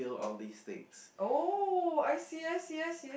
oh I see I see I see